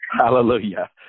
Hallelujah